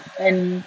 and